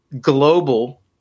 global